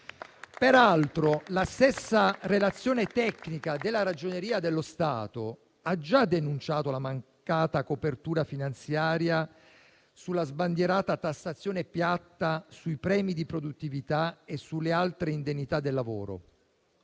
La stessa relazione tecnica della Ragioneria generale dello Stato ha già denunciato la mancata copertura finanziaria della sbandierata tassazione piatta sui premi di produttività e sulle altre indennità del lavoro.